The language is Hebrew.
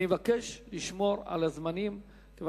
אני מבקש לשמור על הזמנים כיוון